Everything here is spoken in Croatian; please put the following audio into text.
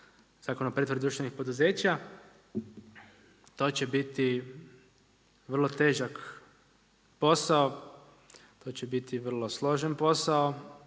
Zakon o pretvorbi društvenih poduzeća to će biti vrlo težak posao, to će biti vrlo složen posao